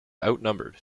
outnumbered